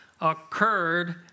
occurred